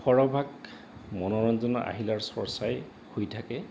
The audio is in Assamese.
সৰহভাগ মনোৰঞ্জনৰ আহিলাৰ চৰ্চাই হৈ থাকে